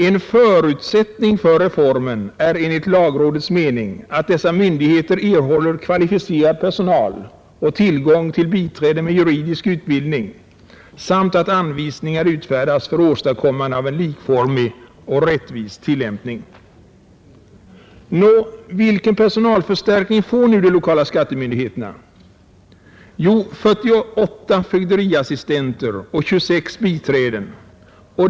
En förutsättning för reformen är enligt lagrådets mening att dessa skattemyndigheter erhåller kvalificerad personal och tillgång till biträden med juridisk utbildning samt att anvisningar utfärdas för åstadkommande av en likformig och rättvis tillämpning.” Nå, vilken personalförstärkning får nu de lokala skattemyndigheterna? Jo, 48 fögderiassistenter och 26 biträden.